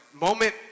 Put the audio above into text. moment